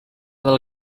del